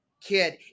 kid